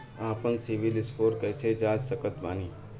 आपन सीबील स्कोर कैसे जांच सकत बानी?